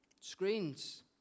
screens